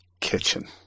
Kitchen